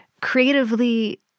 creatively